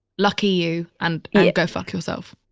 lucky you. and go fuck himself